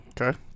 Okay